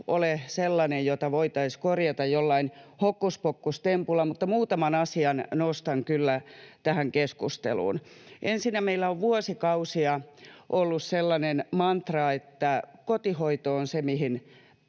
ole sellainen, että sitä voitaisiin korjata jollakin hokkuspokkustempulla, mutta muutaman asian nostan kyllä tähän keskusteluun. Ensinnä meillä on vuosikausia ollut sellainen mantra, että kotihoito on se, mihin